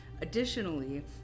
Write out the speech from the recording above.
Additionally